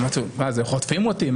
אמרתי: חוטפים אותי?